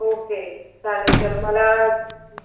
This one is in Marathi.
ओके चालेल सर मला